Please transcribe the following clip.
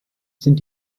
sind